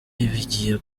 bigiye